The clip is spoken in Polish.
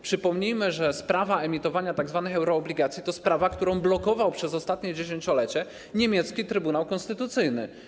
Przypomnijmy, że sprawa emitowania tzw. euroobligacji to sprawa, którą blokował przez ostatnie dziesięciolecie niemiecki trybunał konstytucyjny.